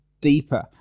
Deeper